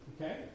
Okay